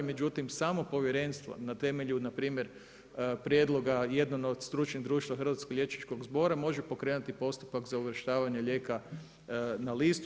Međutim, samo povjerenstvo na temelju na primjer prijedloga jedan od stručnih društava Hrvatskog liječničkog zbora može pokrenuti postupak za uvrštavanje lijeka na listu.